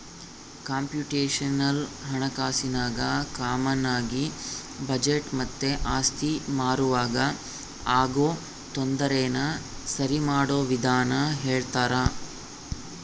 computational ಹಣಕಾಸಿನಾಗ ಕಾಮಾನಾಗಿ budget ಮತ್ತೆ ಆಸ್ತಿ ಮಾರುವಾಗ ಆಗೋ ತೊಂದರೆನ ಸರಿಮಾಡೋ ವಿಧಾನ ಹೇಳ್ತರ